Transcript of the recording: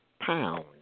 pound